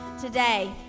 today